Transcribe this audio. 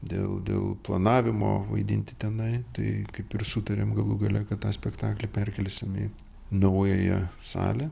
dėl dėl planavimo vaidinti tenai tai kaip ir sutarėm galų gale kad tą spektaklį perkelsim į naująją salę